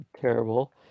terrible